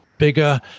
Bigger